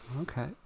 Okay